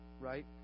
right